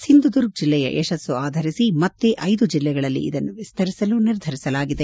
ಒಂಧುದುರ್ಗ್ ಜಿಲ್ಲೆಯ ಯಶಸ್ಸು ಆಧರಿಸಿ ಮತ್ತೆ ಐದು ಜಿಲ್ಲೆಗಳಲ್ಲಿ ವಿಸ್ತರಿಸಲು ನಿರ್ಧರಿಸಲಾಗಿದೆ